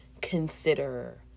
consider